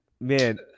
Man